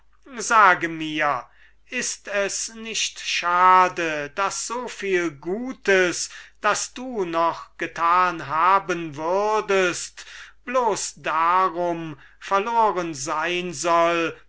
zu zulegen ist es nicht schade daß so viel gutes das du schon getan hast so viel gutes das du noch getan haben würdest bloß darum verloren sein soll